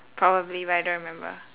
probably but I don't remember